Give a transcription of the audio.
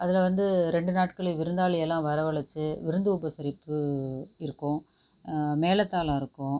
அதில் வந்து ரெண்டு நாட்களில் விருந்தாளியெல்லாம் வரவழைத்து விருந்து உபசரிப்பு இருக்கும் மேளதாளம் இருக்கும்